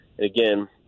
again